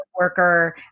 worker